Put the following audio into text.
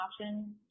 options